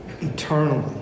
Eternally